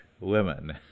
women